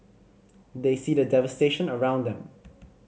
they see the devastation around them